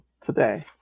today